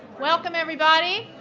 welcome everybody.